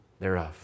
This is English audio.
thereof